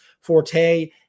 forte